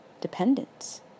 dependence